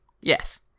Yes